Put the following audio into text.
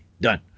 Done